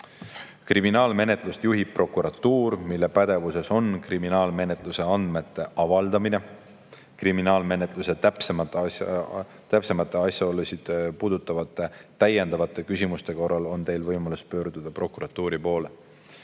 Kriminaalmenetlust juhib prokuratuur, mille pädevuses on kriminaalmenetluse andmete avaldamine. Kriminaalmenetluse täpsemaid asjaolusid puudutavate täiendavate küsimuste korral on teil võimalus pöörduda prokuratuuri poole. Saan